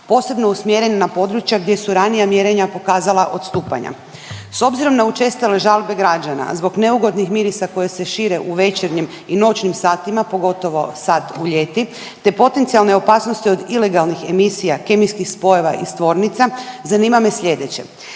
posebno usmjeren na područja gdje su ranija mjerenja pokazala odstupanja. S obzirom na učestale žalbe građana zbog neugodnih mirisa koji se šire u večernjim i noćnim satima, pogotovo sad u ljeti te potencijalne opasnosti od ilegalnih emisija, kemijskih spojeva iz tvornica, zanima me slijedeće.